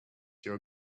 your